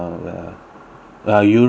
uh europe trip like that